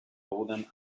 bowden